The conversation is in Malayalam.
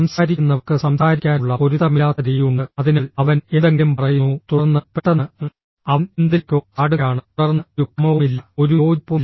സംസാരിക്കുന്നവർക്ക് സംസാരിക്കാനുള്ള പൊരുത്തമില്ലാത്ത രീതി ഉണ്ട് അതിനാൽ അവൻ എന്തെങ്കിലും പറയുന്നു തുടർന്ന് പെട്ടെന്ന് അവൻ എന്തിലേക്കോ ചാടുകയാണ് തുടർന്ന് ഒരു ക്രമവുമില്ല ഒരു യോജിപ്പുമില്ല